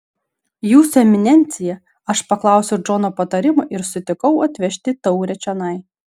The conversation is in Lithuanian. jūsų eminencija aš paklausiau džono patarimo ir sutikau atvežti taurę čionai